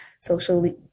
Socially